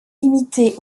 limités